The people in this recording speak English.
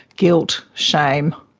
guilt, shame.